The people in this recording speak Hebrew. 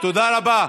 תודה רבה.